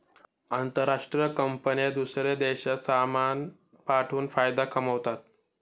आंतरराष्ट्रीय कंपन्या दूसऱ्या देशात सामान पाठवून फायदा कमावतात